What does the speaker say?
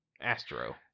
astro